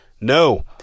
No